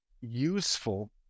useful